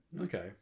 Okay